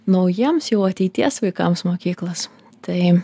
naujiems jau ateities vaikams mokyklas tai